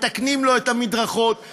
מתקנים לו את המדרכות,